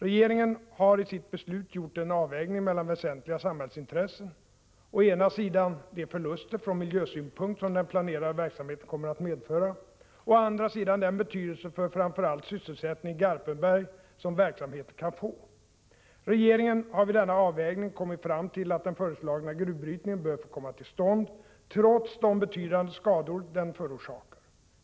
Regeringen har i sitt beslut gjort en avvägning mellan väsentliga samhällsintressen — å ena sidan de förluster från miljösynpunkt som den planerade verksamheten kommer att medföra och å andra sidan den betydelse för framför allt sysselsättningen i Garpenberg som verksamheten kan få. Regeringen har vid denna avvägning kommit fram till att den föreslagna gruvbrytningen bör få komma till stånd trots de betydande skador den förorsakar.